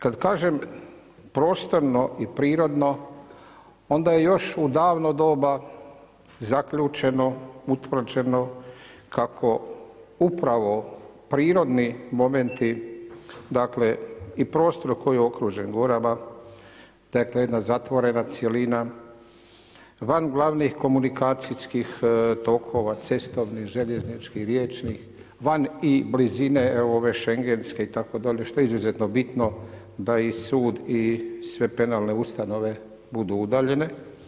Kad kažem prostorno i prirodno onda je još u davno doba zaključeno, utvrđeno kako upravo prirodni momenti dakle, i prostorom kojim je okružen gorama, dakle, jedna zatvorena cjelina, van glavnih komunikacijskih tokova, cestovnih, željezničkih, riječnih, van i blizine evo i ove šengenske što je izuzetno bitno da i sud i sve penalne ustanove budu udaljene.